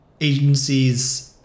agencies